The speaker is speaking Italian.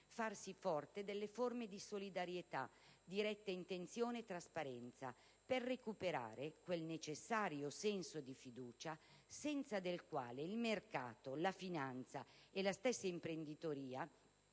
farsi forti delle forme di solidarietà, di retta intenzione e trasparenza, per recuperare quel necessario senso di fiducia senza del quale il mercato, la finanza e la stessa imprenditoria